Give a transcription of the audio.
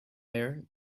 air